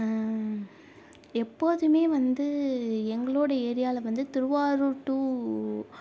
எப்போதுமே வந்து எங்களோடய ஏரியாவில் வந்து திருவாரூர் டு